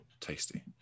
tasty